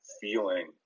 feeling